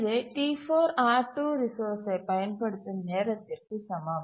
இது T4 R2 ரிசோர்ஸ்சை பயன்படுத்தும் நேரத்திற்க்கு சமம்